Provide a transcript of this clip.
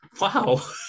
wow